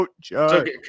judge